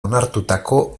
onartutako